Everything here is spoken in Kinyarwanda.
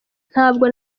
ntabwo